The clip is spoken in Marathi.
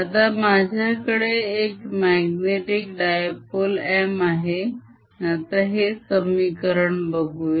आता माझ्याकडे एक magnetic dipole m आहे आता हे समीकरण बघूया